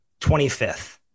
25th